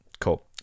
cool